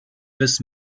bis